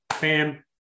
bam